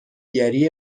گری